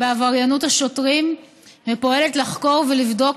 בעבריינות שוטרים ופועלת לחקור ולבדוק